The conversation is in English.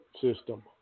system